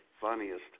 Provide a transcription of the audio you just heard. funniest